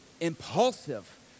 impulsive